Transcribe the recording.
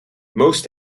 most